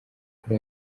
kuri